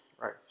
Right